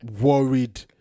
worried